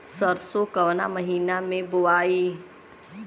सरसो काउना महीना मे बोआई?